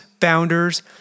founders